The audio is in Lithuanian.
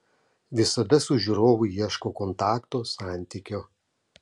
visada su žiūrovu ieškau kontakto santykio